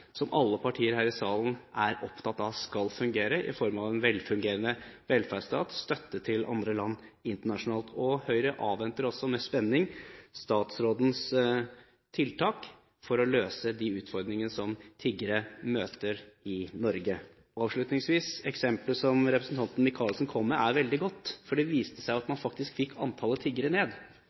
som alle partier her i salen er opptatt av skal fungere, i form av en velfungerende velferdsstat og støtte til andre land internasjonalt. Høyre avventer også med spenning statsrådens tiltak for å løse de utfordringene som tiggere møter i Norge. Avslutningsvis: Eksemplet som representanten Michaelsen kom med, er veldig godt, for det viste seg at man faktisk fikk ned antallet